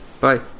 Bye